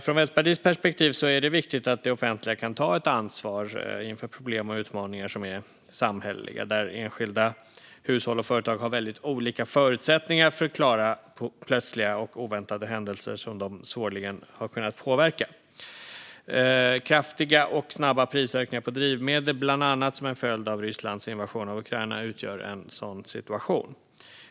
Från Vänsterpartiets perspektiv är det viktigt att det offentliga kan ta ett ansvar för samhälleliga problem och utmaningar där enskilda hushåll och företag har väldigt olika förutsättningar att klara plötsliga och oväntade händelser som de svårligen kunnat påverka. Kraftiga och snabba prisökningar på drivmedel, bland annat som en följd av Rysslands invasion av Ukraina, utgör en sådan situation.